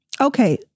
okay